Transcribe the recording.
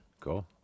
Cool